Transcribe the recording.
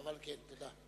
תודה.